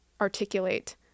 articulate